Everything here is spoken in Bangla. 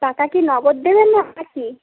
টাকা কি নগদ দেবেন না বাকি